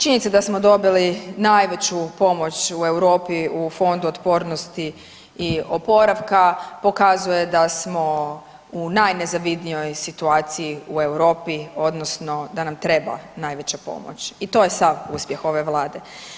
Činjenica da smo dobili najveću pomoć u Europi u Fondu otpornosti i oporavka pokazuje da smo u najnezavidnijoj situaciji u Europi odnosno da nam treba najveća pomoć i to je sav uspjeh ove vlade.